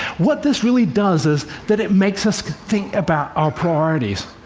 what this really does is that it makes us think about our priorities.